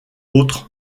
autre